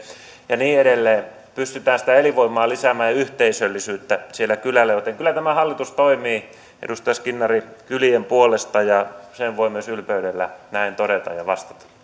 ja niin edelleen pystytään sitä elinvoimaa ja yhteisöllisyyttä siellä kylällä lisäämään joten kyllä tämä hallitus toimii edustaja skinnari kylien puolesta voin ylpeydellä näin todeta ja vastata